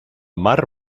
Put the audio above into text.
mar